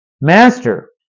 Master